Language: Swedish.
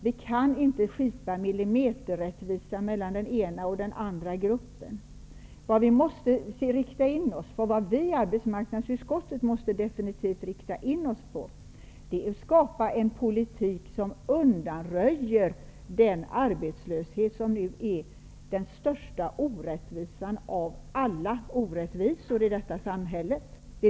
Vi kan inte skipa millimeterrättvisa mellan den ena och den andra gruppen. Vad framför allt vi i arbetsmarknadsutskottet måste rikta in oss på är att skapa en politik som undanröjer den arbetslöshet som är den största orättvisan av alla orättvisor i detta samhälle.